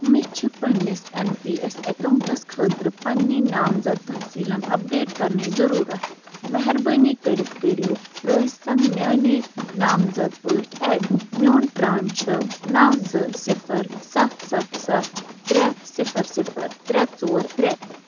مےٚ چھِ پنٛنِس اٮ۪ن پی اٮ۪س اٮ۪کاوُنٛٹَس خٲطرٕ پنٛنی نامزد تفصیٖلَن اَپڈیٹ کَرنٕچ ضٔروٗرت مہربٲنی کٔرِتھ کٔرِو رویسَنٛگھ میٛانے نامزَد پٲٹھۍ اٮ۪ڈ میون پرٛان چھِ نَو زٕ صِفر سَتھ سَتھ سَتھ ترٛےٚ صِفر صِفر ترٛےٚ ژور ترٛےٚ